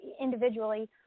individually